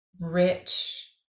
rich